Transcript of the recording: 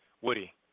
Woody